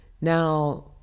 Now